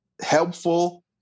helpful